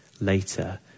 later